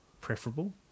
preferable